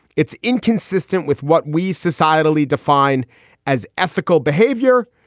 it's inconsistent with what we societally define as ethical behavior.